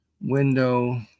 window